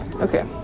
Okay